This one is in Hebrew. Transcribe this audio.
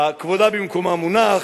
כבודה במקומה מונח,